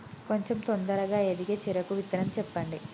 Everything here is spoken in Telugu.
కొంచం తొందరగా ఎదిగే చెరుకు విత్తనం చెప్పండి?